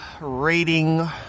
rating